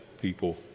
people